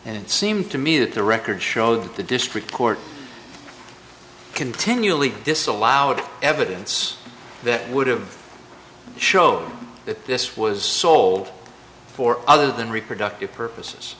and it seemed to me that the records show that the district court continually disallowed evidence that would have shown that this was sold for other than reproductive purposes